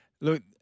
Look